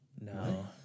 No